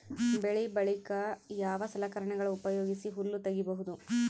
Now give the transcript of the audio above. ಬೆಳಿ ಬಳಿಕ ಯಾವ ಸಲಕರಣೆಗಳ ಉಪಯೋಗಿಸಿ ಹುಲ್ಲ ತಗಿಬಹುದು?